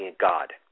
God